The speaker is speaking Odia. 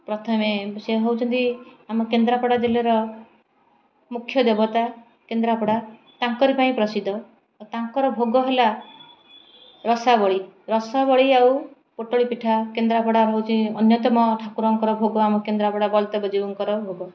ପ୍ରଥମେ ସେ ହେଉଛନ୍ତି ଆମ କେନ୍ଦ୍ରାପଡ଼ା ଜିଲ୍ଲାର ମୁଖ୍ୟ ଦେବତା କେନ୍ଦ୍ରାପଡ଼ା ତାଙ୍କର ପାଇଁ ପ୍ରସିଦ୍ଧ ତାଙ୍କର ଭୋଗ ହେଲା ରସାବଳି ରସାବଳି ଆଉ ପୋଟଳି ପିଠା କେନ୍ଦ୍ରାପଡ଼ା ହେଉଛି ଅନ୍ୟତମ ଠାକୁରଙ୍କର ଭୋଗ ଆମ କେନ୍ଦ୍ରାପଡ଼ା ବଳଦେବ ଜିଉଁ'ଙ୍କର ଭୋଗ